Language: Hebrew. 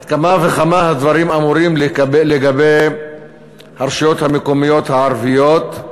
ועל אחת כמה וכמה הדברים אמורים לגבי הרשויות המקומיות הערביות,